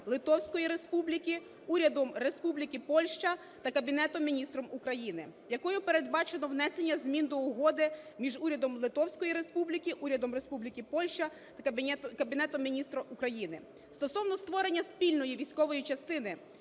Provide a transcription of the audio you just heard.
Литовської Республіки, Урядом Республіки Польща та Кабінетом Міністрів України, якою передбачено внесення змін до Угоди між Урядом Литовської Республіки, Урядом Республіки Польща та Кабінетом Міністрів України стосовно створення спільної військової частини,